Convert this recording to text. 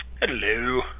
Hello